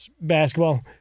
basketball